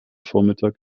vormittag